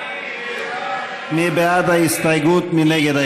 מי נגד ההסתייגות?